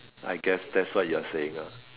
I guess that's what you're saying ah